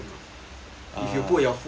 you can put your food lah